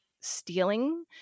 stealing